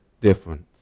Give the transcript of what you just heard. difference